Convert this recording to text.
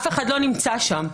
אף אחד לא נמצא שם.